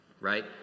Right